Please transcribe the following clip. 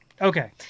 Okay